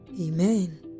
Amen